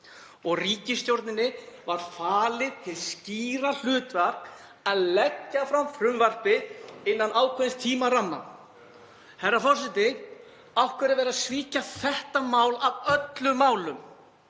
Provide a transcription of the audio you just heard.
Og ríkisstjórninni var falið hið skýra hlutverk að leggja fram frumvarp innan ákveðins tímaramma. Herra forseti. Af hverju er verið að svíkja þetta mál af öllum málum?